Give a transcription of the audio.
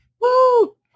Woo